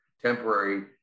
temporary